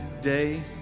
day